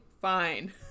fine